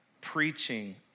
Preaching